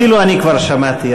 אפילו אני כבר שמעתי,